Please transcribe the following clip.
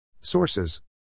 Sources